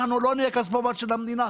אנחנו לא נהיה כספומט של המדינה.